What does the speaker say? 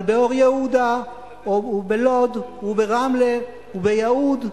אבל באור-יהודה, ובלוד, וברמלה, וביהוד.